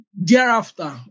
thereafter